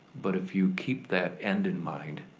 but if you keep that end in mind,